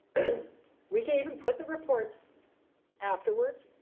we could even put the reports afterwards.